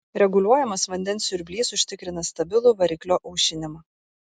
reguliuojamas vandens siurblys užtikrina stabilų variklio aušinimą